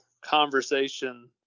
conversation